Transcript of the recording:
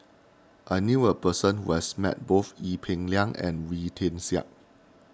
I knew a person who has met both Ee Peng Liang and Wee Tian Siak